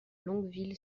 longueville